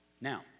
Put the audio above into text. Now